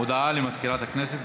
הודעה למזכירת הכנסת.